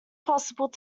possible